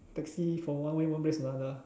taxi for one way one place to another